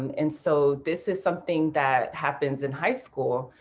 and and so this is something that happens in high school,